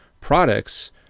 products